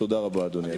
תודה רבה, אדוני.